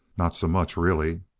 not so much, really.